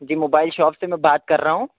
جی mobile shop سے میں بات کر رہا ہوں